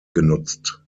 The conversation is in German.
genutzt